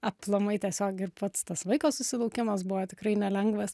aplamai tiesiog ir pats tas vaiko susilaukimas buvo tikrai nelengvas